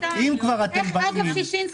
שישינסקי 2. אגב שישינסקי,